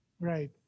right